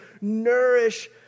nourish